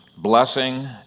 Blessing